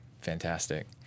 fantastic